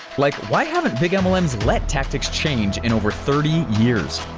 like why haven't big mlm's let tactics change in over thirty years.